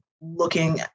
looking